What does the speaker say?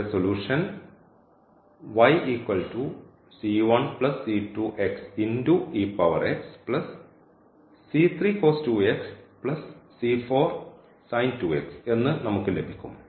ഇവിടെ സൊലൂഷൻ എന്ന് നമുക്ക് ലഭിക്കും